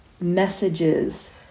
messages